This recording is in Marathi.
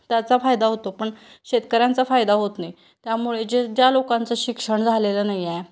त्याचा फायदा होतो पण शेतकऱ्यांचा फायदा होत नाही त्यामुळे जे ज ज्या लोकांचं शिक्षण झालेलं नाही आहे